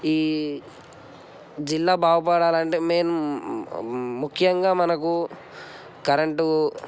ఈ జిల్లా బాగు పడాలంటే మెయిన్ ముఖ్యంగా మనకు కరెంటు